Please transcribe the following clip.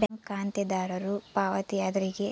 bank ಖಾತೆದಾರರು ಪಾವತಿದಾರ್ರಿಗೆ